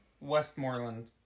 Westmoreland